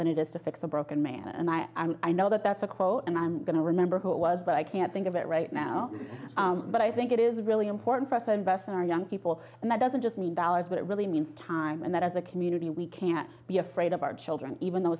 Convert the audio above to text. than it is to fix a broken man and i'm i know that that's a quote and i'm going to remember who it was but i can't think of it right now but i think it is really important for us and best in our young people and that doesn't just mean dollars but it really means time and that as a community we can be afraid of our children even though